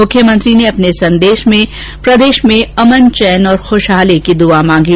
मुख्यमंत्री ने अपने संदेश में प्रदेश में अमन चैन और खुशहाली की दुआ मांगी